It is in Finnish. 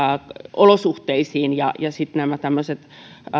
olosuhteisiin tämmöiset